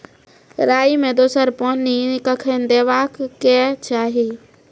राई मे दोसर पानी कखेन देबा के चाहि?